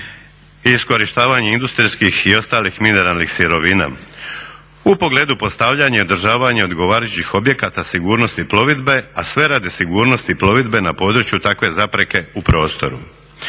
i iskorištavanje industrijskih i ostalih mineralnih sirovina u pogledu postavljanja i održavanja odgovarajućih objekata sigurnosti plovidbe, a sve radi sigurnosti plovidbe na području takve zapreke u prostoru.